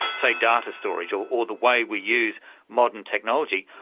say, data storage or or the way we use modern technology.